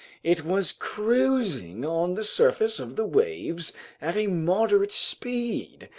it was cruising on the surface of the waves at a moderate speed.